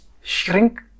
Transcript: shrink